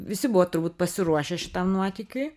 visi buvo turbūt pasiruošę šitam nuotykiui